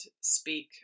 speak